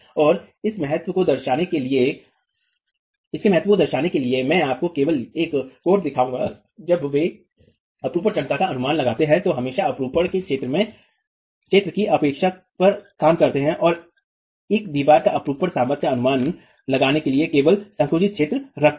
और इसके महत्व को दर्शाने के लिए मैं आपको केवल वह कोड दिखाऊंगा जब वे अपरूपण क्षमता का अनुमान लगाते हैं हमेशा अपरूपण में क्षेत्र की उपेक्षा पर काम करते हैं और एक दीवार की अपरूपण सामर्थ्य का अनुमान लगाने के लिए केवल संकुचित क्षेत्र रखते हैं